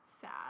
sad